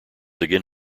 again